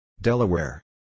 Delaware